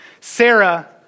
Sarah